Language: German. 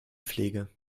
pflege